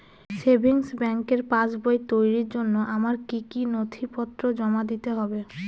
Savings ব্যাংকের পাসবই তৈরির জন্য আমার কি কি নথিপত্র জমা দিতে হবে?